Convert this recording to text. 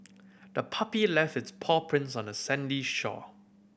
the puppy left its paw prints on the sandy shore